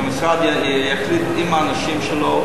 שהמשרד יחליט עם האנשים שלו,